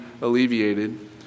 alleviated